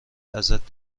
ازت